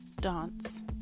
dance